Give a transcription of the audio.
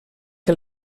que